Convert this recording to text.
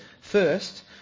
First